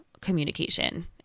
communication